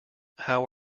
how